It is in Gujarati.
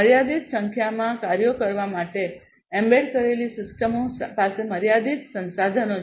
મર્યાદિત સંખ્યામાં કાર્યો કરવા માટે એમ્બેડ કરેલી સિસ્ટમો પાસે મર્યાદિત સંસાધનો છે